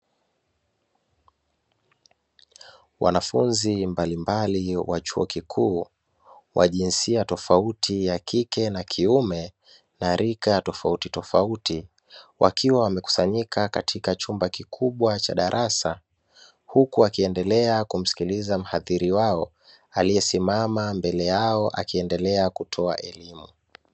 Wanafunzi mbalimbali wa chuo kikuu wa jinsia tofauti ya kike na kiume na rika tofauti tofauti, wakiwa wamekusanyika katika chumba kikubwa cha darasa huku, wakiendelea kumsikiliza mhadhiri wao aliyesimama mbele yao akiendelea kutoa elimu.